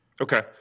Okay